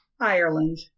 Ireland